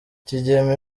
kigeme